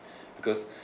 because